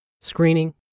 screening